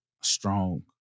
strong